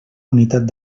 unitat